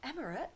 Emirates